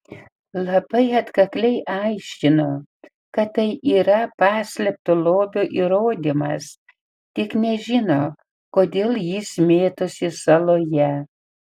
labai atkakliai aiškino kad tai yra paslėpto lobio įrodymas tik nežino kodėl jis mėtosi saloje